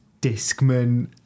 discman